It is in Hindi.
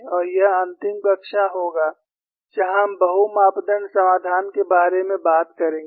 और यह अंतिम कक्षा होगा जहां हम बहु मापदण्ड समाधान के बारे में बात करेंगे